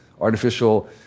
artificial